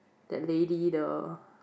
that lady the